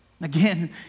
Again